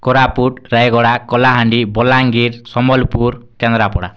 Koraput Rayagada Kalahandi Balangir Sambalpur Kendrapara